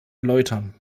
erläutern